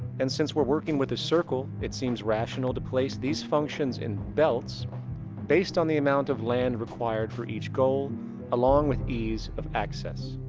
and since we are working with a circle it seems rational to place these functions in belts based on the amount of land required for each goal along with ease of access.